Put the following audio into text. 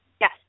Yes